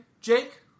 Jake